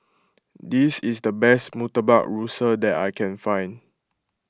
this is the best Murtabak Rusa that I can find